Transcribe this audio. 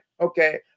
Okay